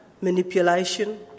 manipulation